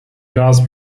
gas